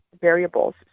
variables